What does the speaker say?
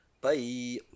Bye